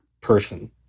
person